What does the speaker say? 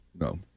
No